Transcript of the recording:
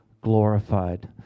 glorified